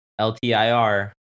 LTIR